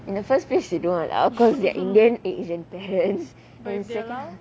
in the first place they don't allow because they're indian asian parents